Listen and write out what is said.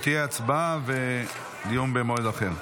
תהיה הצבעה במועד אחר,